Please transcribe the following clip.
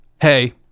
hey